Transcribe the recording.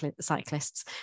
cyclists